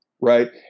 right